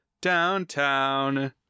downtown